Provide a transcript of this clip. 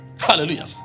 Hallelujah